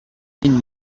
این